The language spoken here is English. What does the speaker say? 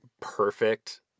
perfect